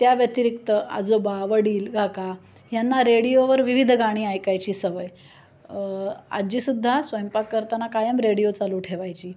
त्या व्यतिरिक्त आजोबा वडील काका यांना रेडिओवर विविध गाणी ऐकायची सवय आजी सुद्धा स्वयंपाक करताना कायम रेडिओ चालू ठेवायची